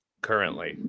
currently